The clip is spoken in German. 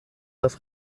das